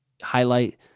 highlight